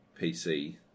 PC